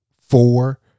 four